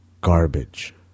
garbage